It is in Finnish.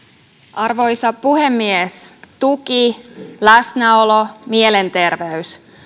arvoisa puhemies tuki läsnäolo mielenterveys